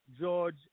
George